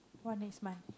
one next month